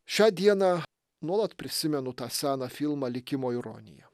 šią dieną nuolat prisimenu tą seną filmą likimo ironija